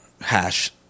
hash